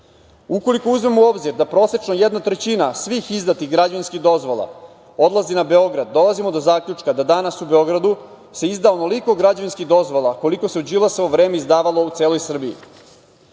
Đilasa. Ukoliko uzmemo u obzir da prosečno jedna trećina svih izdatih građevinskih dozvola odlazi na Beograd, dolazimo do zaključka da danas u Beogradu se izda onoliko građevinskih dozvola koliko se u Đilasovo vreme izdavalo u celoj Srbiji. Koliko